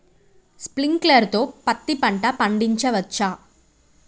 Sprinkler తో పత్తి పంట పండించవచ్చా?